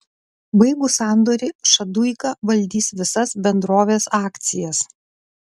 baigus sandorį šaduika valdys visas bendrovės akcijas